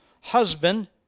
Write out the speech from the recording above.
husband